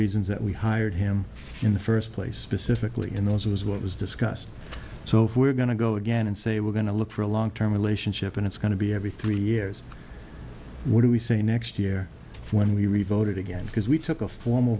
reasons that we hired him in the first place specifically in those was what was discussed so if we're going to go again and say we're going to look for a long term relationship and it's going to be every three years what do we say next year when we revolted again because we took a formal